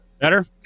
Better